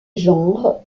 genre